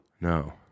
No